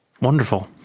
Wonderful